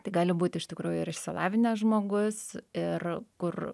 tai gali būt iš tikrųjų ir išsilavinęs žmogus ir kur